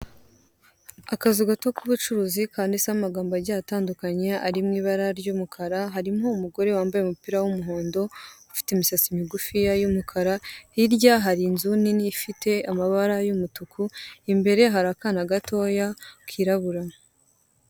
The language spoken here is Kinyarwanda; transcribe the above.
Akazu gato k'ubucuruzi kanditseho amagambo agiye atandukanye ari mu ibara ry'umukara, harimo umugore wambaye umupira w'umuhondo, ufite imisatsi migufiya y'umukara, hirya hari inzu nini ifite amabara y'umutuku, imbere hari akana gatoya kirabura.